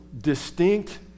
distinct